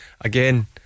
again